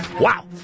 Wow